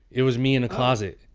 it was me in a closet,